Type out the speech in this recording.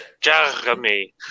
Jeremy